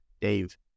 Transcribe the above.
Dave